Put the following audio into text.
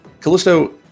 Callisto